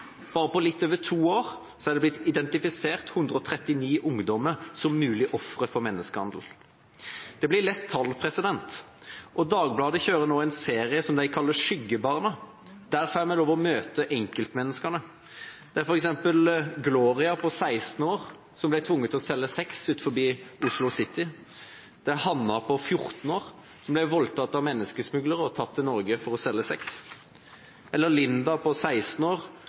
Bare på litt over to år er det blitt identifisert 139 ungdommer som er mulige ofre for menneskehandel. Det blir lett tall, og Dagbladet kjører nå en serie som de kaller «Skyggebarna». Der får vi lov å møte enkeltmenneskene. Det er f.eks. Gloria på 16 år, som ble tvunget til å selge sex utenfor Oslo City. Det er Hannah på 14 år, som ble voldtatt av menneskesmuglere og tatt til Norge for å selge sex, eller Linda på 16 år,